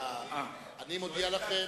מודיע לכם,